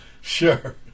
Sure